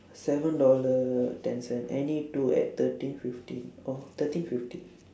seven dollar ten cent any two at thirteen fifty oh thirteen fifty